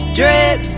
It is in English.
drip